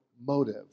motive